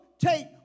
take